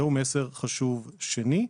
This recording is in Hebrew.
זה הוא מסר חשוב שני.